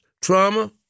trauma